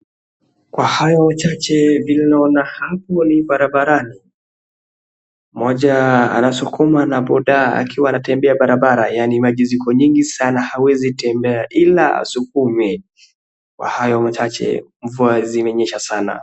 Kwa hayo machache vile naona hapo ni barabarani, mmoja anasukuma na bodaa akiwa anatembea barabara yaani maji ziko mingi sana hawezi tembea ila asukume kwa hayo machache mvua zilinyesha sana.